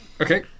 Okay